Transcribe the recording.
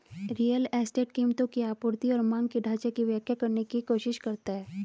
real estate कीमतों की आपूर्ति और मांग के ढाँचा की व्याख्या करने की कोशिश करता है